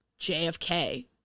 JFK